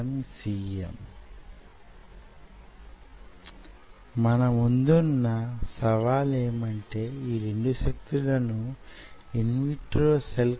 అది ప్రక్కలకు కదలడాన్ని నేనెప్పుడూ చూడలేదు ఎందుకంటే అది ఒక పద్ధతికి కట్టుబడి పోయింది